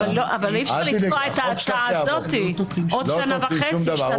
אבל אי-אפשר לתקוע את ההצעה הזאת עוד שנה וחצי-שנתיים.